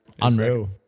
unreal